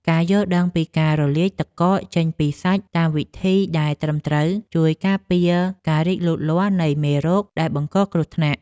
ការយល់ដឹងពីការរលាយទឹកកកចេញពីសាច់តាមវិធីដែលត្រឹមត្រូវ ជួយការពារការរីកលូតលាស់នៃមេរោគដែលបង្កគ្រោះថ្នាក់។